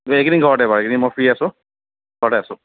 এইকেইদিন ঘৰতে বাৰু এইকেইদিন মই ফ্ৰী আছো ঘৰতে আছো